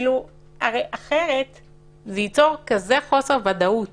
אחרת זה יצור כזה חוסר ודאות